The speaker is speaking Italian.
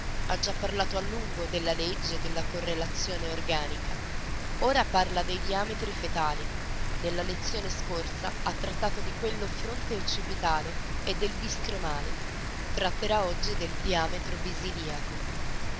ha già parlato a lungo della legge della correlazione organica ora parla dei diametri fetali nella lezione scorsa ha trattato di quello fronte-occipitale e del biscromiale tratterà oggi del diametro